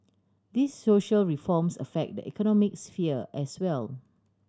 these social reforms affect the economic sphere as well